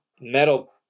metal